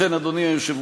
לכן, אדוני היושב-ראש,